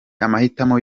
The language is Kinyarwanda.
amahitamo